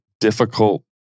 difficult